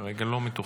כרגע לא מתוכנן.